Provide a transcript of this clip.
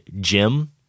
Jim